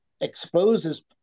exposes